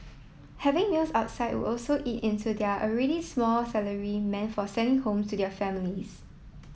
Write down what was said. having meals outside would also eat into their already small salary meant for sending home to their families